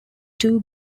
two